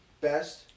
best